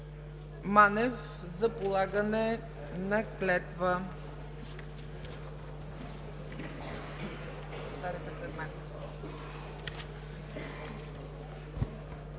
Манев за полагане на клетва.